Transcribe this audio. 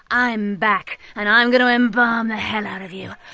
i'm back, and i'm going to embalm the hell out of you,